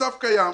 מצב קיים: